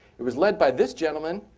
it was led by this gentleman,